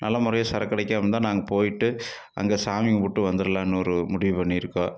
நல்ல முறையில் சரக்கடிக்காமல் இருந்தால் நாங்கள் போயிட்டு அங்கே சாமி கும்பிட்டு வந்துடலான்னு ஒரு முடிவு பண்ணியிருக்கோம்